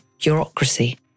bureaucracy